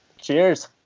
Cheers